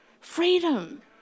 freedom